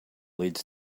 leads